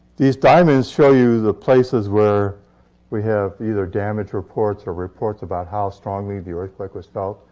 these diamonds show you the places where we have either damage reports or reports about how strongly the earthquake was felt.